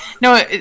no